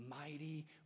mighty